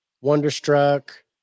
Wonderstruck